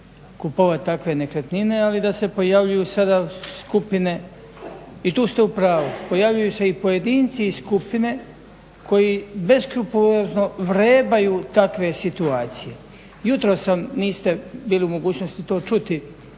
kupovati takve nekretnine, ali da se pojavljuju sada skupine i tu ste upravu. Pojavljuju se i pojedinci i skupine koji beskrupulozno vrebaju takve situacije. Jutros sam, niste bili u mogućnosti to čuti,